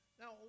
Now